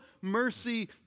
mercy